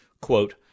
Quote